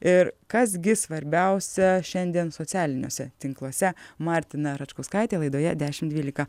ir kas gi svarbiausia šiandien socialiniuose tinkluose martina račkauskaitė laidoje dešimt dvylika